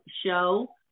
show